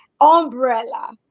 umbrella